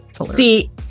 See